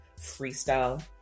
freestyle